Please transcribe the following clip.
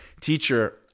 Teacher